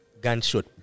gunshot